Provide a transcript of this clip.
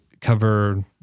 cover